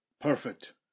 perfect